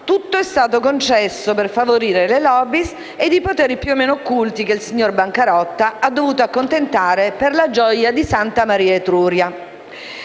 tutto è stato concesso per favorire le *lobbies* ed i poteri più o meno occulti che il signor bancarotta ha dovuto accontentare per la gioia di "Santa Maria Etruria".